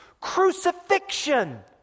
crucifixion